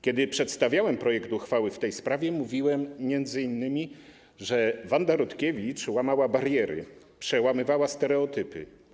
Kiedy przedstawiałem projekt uchwały w tej sprawie, mówiłem m.in., że Wanda Rutkiewicz łamała bariery, przełamywała stereotypy.